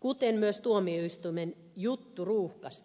kuten myös tuomioistuimen jutturuuhkasta aiheutuvat ongelmat